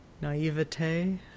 naivete